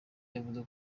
yavuze